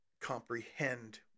comprehend